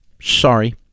sorry